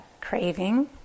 craving